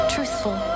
Truthful